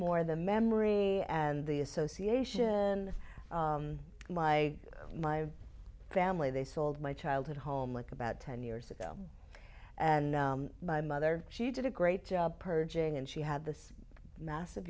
more the memory and the association my my family they sold my childhood home with about ten years ago and my mother she did a great job purging and she had this massive